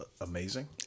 Amazing